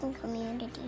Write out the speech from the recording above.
Community